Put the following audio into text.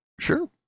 Sure